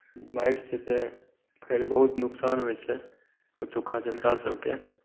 बाढ़ि सऽ तऽ खैर बहुत नुकसान होइ छै ओतुका जनता सभके